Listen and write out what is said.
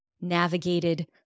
navigated